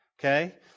Okay